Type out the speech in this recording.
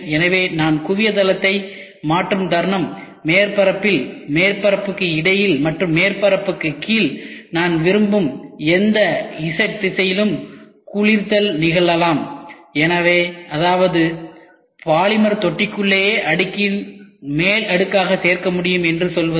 எனவே நான் குவிய தளத்தை மாற்றும் தருணம் மேற்பரப்பில் மேற்பரப்புக்கு இடையில் மற்றும் மேற்பரப்புக்கு கீழே நான் விரும்பும் எந்த z திசையிலும் குளிர்தல் நிகழலாம் அதாவது பாலிமர் தொட்டிக்குள்ளேயே அடுக்கின் மேல் அடுக்காக சேர்க்க முடியும் என்று சொல்வது